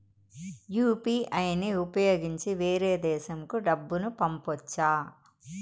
UPI ని ఉపయోగించి వేరే దేశంకు డబ్బును పంపొచ్చా?